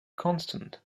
constant